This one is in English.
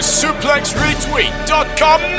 suplexretweet.com